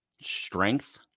strength